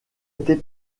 était